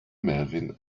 melvin